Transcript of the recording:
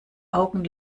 augen